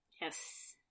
Yes